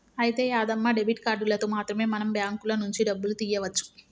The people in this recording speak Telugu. అయితే యాదమ్మ డెబిట్ కార్డులతో మాత్రమే మనం బ్యాంకుల నుంచి డబ్బులు తీయవచ్చు